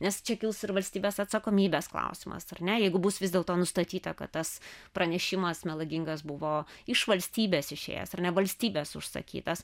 nes čia kils ir valstybės atsakomybės klausimas ar ne jeigu bus vis dėlto nustatyta kad tas pranešimas melagingas buvo iš valstybės išėjęs ar ne valstybės užsakytas